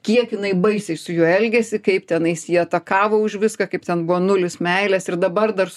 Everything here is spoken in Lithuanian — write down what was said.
kiek jinai baisiai su juo elgėsi kaip tenais jie tą kavą už viską kaip ten buvo nulis meilės ir dabar dar